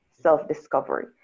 self-discovery